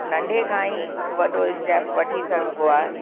नंढे खां ई वॾो स्टेप वठी सघिबो आहे